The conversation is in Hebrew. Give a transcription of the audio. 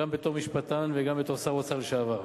גם בתור משפטן וגם בתור שר האוצר לשעבר.